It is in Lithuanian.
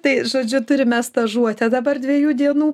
tai žodžiu turime stažuotę dabar dviejų dienų